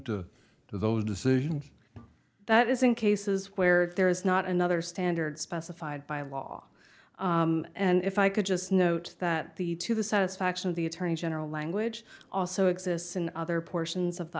to those decisions and that is in cases where there is not another standard specified by law and if i could just note that the to the satisfaction of the attorney general language also exists in other portions of the